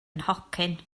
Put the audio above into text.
nhocyn